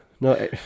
No